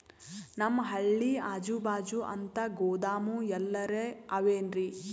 ನಮ್ ಹಳ್ಳಿ ಅಜುಬಾಜು ಅಂತ ಗೋದಾಮ ಎಲ್ಲರೆ ಅವೇನ್ರಿ?